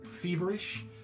feverish